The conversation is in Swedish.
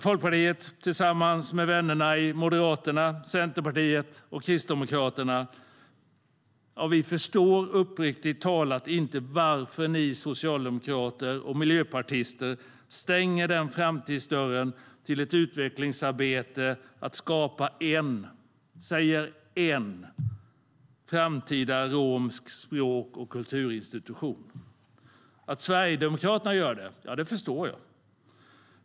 Folkpartiet tillsammans med vännerna i Moderaterna, Centerpartiet och Kristdemokraterna förstår uppriktigt sagt inte varför ni socialdemokrater och miljöpartister stänger framtidsdörren till ett utvecklingsarbete att skapa en, säger en , framtida romsk språk och kulturinstitution. Att Sverigedemokraterna gör det förstår jag.